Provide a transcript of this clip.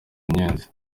nyenzi